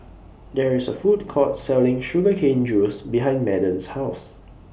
There IS A Food Court Selling Sugar Cane Juice behind Madden's House